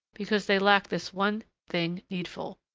because they lacked this one thing needful.